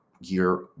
year